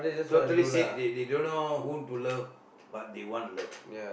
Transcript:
totally safe they they don't know who to love but they want love